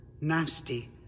nasty